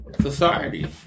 Society